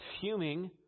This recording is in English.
fuming